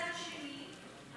מצד שני,